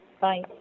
Bye